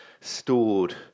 stored